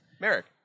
Merrick